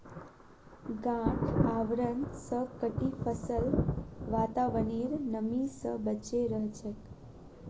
गांठ आवरण स कटी फसल वातावरनेर नमी स बचे रह छेक